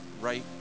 right